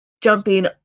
jumping